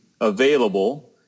available